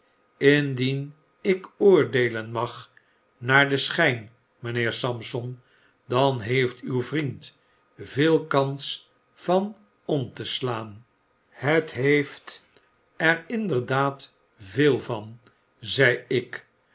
indien ik oordeelen mag naar den schijn mijnheer sampson dan heeft uw vriend veel kans van om te slaan het heeft er inderdaad veel van zei ik